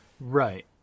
right